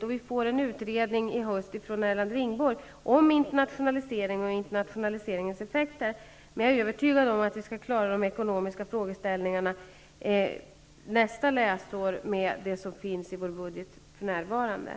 Vi får i höst en utredning från Erland Ringborg om internationaliseringen och dess effekter, men jag är övertygad om att vi skall klara de ekonomiska frågorna nästa läsår med det som för närvarande finns i vår budget.